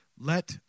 let